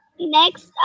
Next